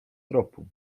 tropu